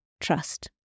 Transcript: trust